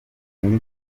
indi